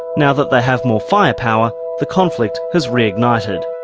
now that they have more firepower, the conflict has reignited.